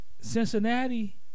Cincinnati